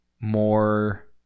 more